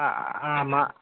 ஆ ஆமாம்